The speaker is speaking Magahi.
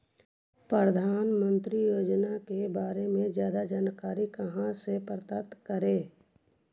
प्रधानमंत्री योजना के बारे में जादा जानकारी कहा से प्राप्त करे?